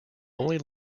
only